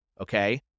Okay